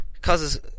causes